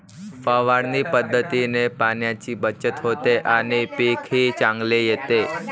फवारणी पद्धतीने पाण्याची बचत होते आणि पीकही चांगले येते